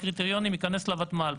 בקריטריונים ייכנס לוותמ"ל,